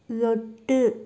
எட்டு